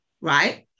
Right